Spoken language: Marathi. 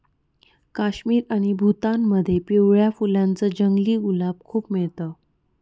काश्मीर आणि भूतानमध्ये पिवळ्या फुलांच जंगली गुलाब खूप मिळत